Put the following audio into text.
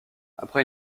après